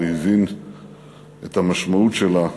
הוא הבין את המשמעות שלה היטב,